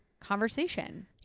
conversation